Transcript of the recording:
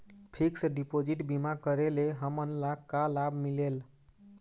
Fix deposit बीमा करे ले हमनला का लाभ मिलेल?